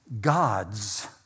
gods